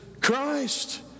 Christ